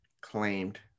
claimed